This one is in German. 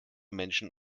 menschen